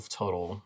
total